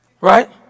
Right